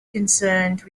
concerned